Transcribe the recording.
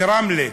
מרמלה,